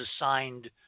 assigned